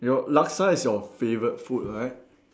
your laksa is your favourite food right